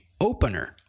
opener